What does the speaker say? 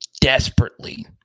desperately